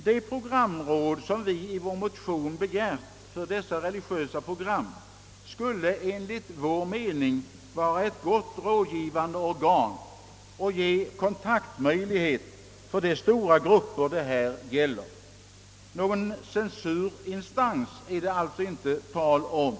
Det programråd som vi i vår motion begärt för dessa religiösa program skulle enligt vår mening vara ett gott rådgivande organ och ge kontaktmöjlighet för de stora grupper som det här gäller. Någon censurinstans är det alltså inte tal om.